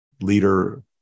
leader